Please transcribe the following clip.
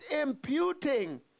imputing